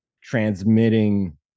transmitting